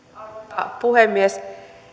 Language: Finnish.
arvoisa puhemies